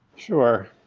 sure,